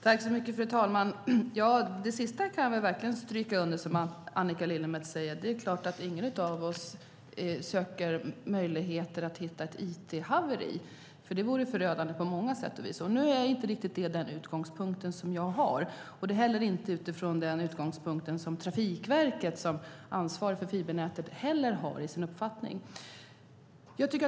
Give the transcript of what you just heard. Fru talman! Det sista som Annika Lillemets sade kan jag verkligen stryka under. Det är klart att ingen av oss söker möjligheter att hitta ett it-haveri, för det vore förödande på många sätt och vis. Nu är det inte riktigt den utgångspunkt som jag har. Det är heller inte den utgångspunkt som Trafikverket som ansvarig för fibernätet har för sin uppfattning.